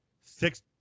six